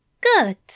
Good